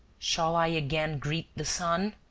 shall i again greet the sun?